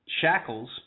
shackles